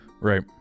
Right